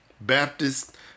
Baptist